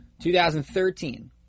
2013